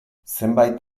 zenbait